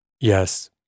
Yes